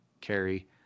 carry